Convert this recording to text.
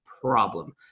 problem